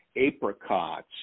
apricots